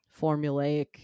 formulaic